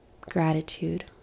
Gratitude